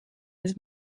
his